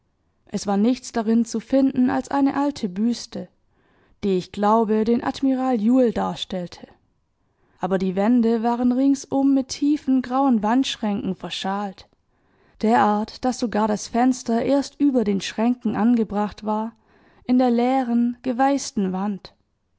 es war nichts darin zu finden als eine alte büste die ich glaube den admiral juel darstellte aber die wände waren ringsum mit tiefen grauen wandschränken verschalt derart daß sogar das fenster erst über den schränken angebracht war in der leeren geweißten wand